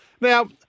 Now